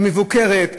היא מבוקרת,